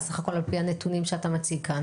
בסך הכל על פי הנתונים שאתה מציג כאן